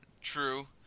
True